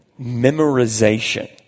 Memorization